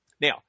Now